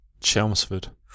Chelmsford